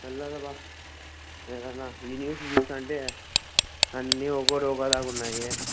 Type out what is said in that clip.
పర్లేదు అబా ఏదన్నా ఈ న్యూస్ చూస్తంటే అన్నీ ఒక్కోటి ఒక్కోలా ఉన్నాయి